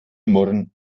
murren